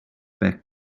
back